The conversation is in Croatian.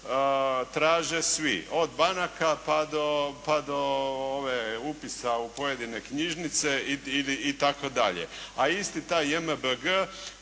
traže svi, od banaka pa do upisa u pojedine knjižnice itd., a isti taj JMBG